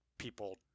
people